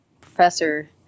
Professor